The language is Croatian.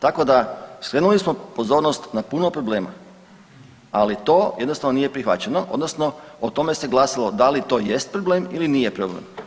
Tako da skrenuli smo pozornost na puno problema ali to jednostavno nije prihvaćeno odnosno o tome se glasalo da li to jest problem ili nije problem.